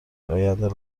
آینده